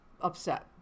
upset